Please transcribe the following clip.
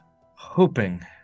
hoping